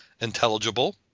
intelligible